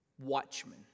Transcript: watchmen